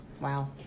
Wow